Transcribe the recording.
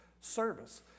service